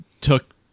took